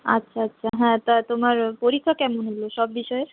আচ্ছা আচ্ছা হ্যাঁ তা তোমার পরীক্ষা কেমন হলো সব বিষয়ের